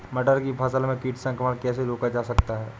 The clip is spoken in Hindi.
मटर की फसल में कीट संक्रमण कैसे रोका जा सकता है?